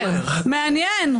מעניין.